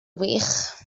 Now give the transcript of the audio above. wych